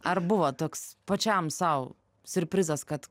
ar buvo toks pačiam sau siurprizas kad